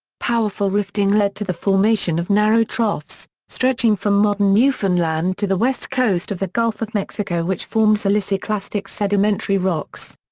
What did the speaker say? powerful rifting led to the formation of narrow troughs, stretching from modern newfoundland to the west coast of the gulf of mexico which formed siliciclastic sedimentary rocks.